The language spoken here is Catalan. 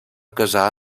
casar